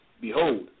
Behold